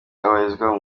abarizwa